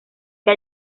que